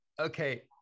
okay